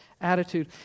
attitude